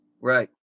right